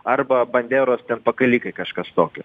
arba baneros ten pakalikai kažkas tokio